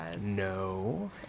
No